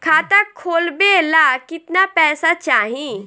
खाता खोलबे ला कितना पैसा चाही?